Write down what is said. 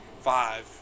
Five